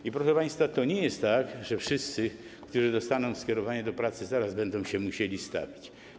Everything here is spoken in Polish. I proszę państwa, to nie jest tak, że wszyscy, którzy dostaną skierowanie do pracy, zaraz będą musieli się stawić.